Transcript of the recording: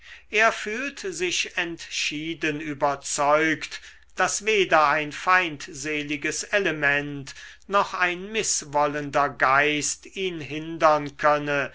er fühlt sich entschieden überzeugt daß weder ein feindseliges element noch ein mißwollender geist ihn hindern könne